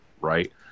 Right